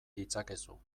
ditzakezu